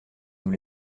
nous